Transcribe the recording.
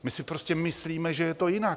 My si prostě myslíme, že je to jinak.